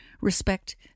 respect